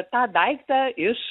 tą daiktą iš